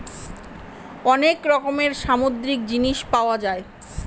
অনেক রকমের সামুদ্রিক জিনিস পাওয়া যায়